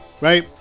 Right